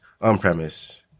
on-premise